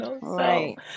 Right